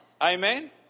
Amen